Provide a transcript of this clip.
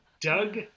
Doug